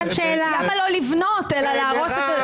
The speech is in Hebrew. למה לא לבנות אלא להרוס.